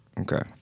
Okay